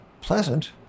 pleasant